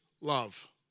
love